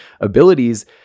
abilities